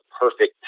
perfect